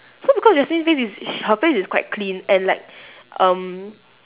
so because jasmine face is her face is quite clean and like um